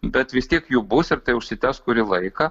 bet vis tiek jų bus ir tai užsitęs kurį laiką